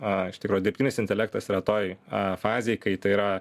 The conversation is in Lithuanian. a iš tikro dirbtinis intelektas yra toj a fazėj kai tai yra